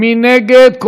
מי נגד?